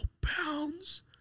pounds